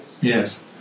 Yes